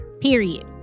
Period